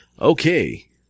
Okay